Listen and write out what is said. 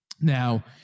Now